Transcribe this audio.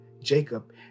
Jacob